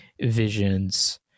visions